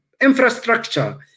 infrastructure